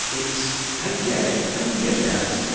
it's, i get it. i get that,